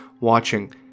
watching